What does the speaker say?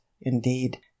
indeed